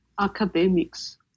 academics